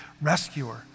rescuer